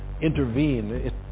intervene